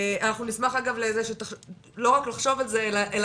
אנחנו נשמח אגב לא רק לחשוב על זה אלא